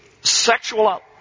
sexual